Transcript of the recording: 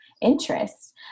interest